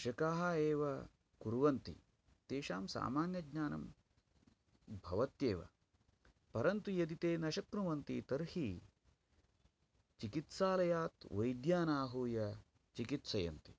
कृषकाः एव कुर्वन्ति तेषां सामान्य ज्ञानं भवत्येव परन्तु यदि ते न शक्नुवन्ति तर्हि चिकित्सालयात् वैद्यानाहूय चिकित्सयन्ति